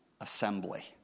Assembly